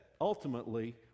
ultimately